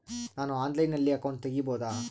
ನಾನು ಆನ್ಲೈನಲ್ಲಿ ಅಕೌಂಟ್ ತೆಗಿಬಹುದಾ?